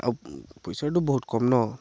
আৰু পইচাওতো বহুত কম ন